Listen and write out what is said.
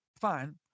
fine